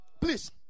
Please